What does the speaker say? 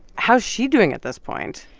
how's she doing at this point?